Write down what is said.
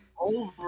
Over